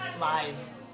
Lies